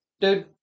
Dude